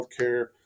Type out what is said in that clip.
healthcare